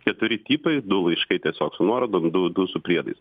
keturi tipai du laiškai tiesiog su nuorodom du du su priedais